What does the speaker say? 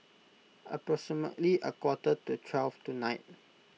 approximately a quarter to twelve tonight